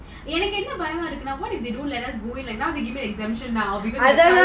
என்னக்கு என்ன பயமா இருக்குன்னு:ennaku enna bayama irukuna what if they don't let us go in and now they give the exemptions